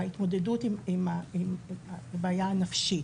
ההתמודדות עם הבעיה הנפשית.